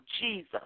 Jesus